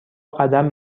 قدم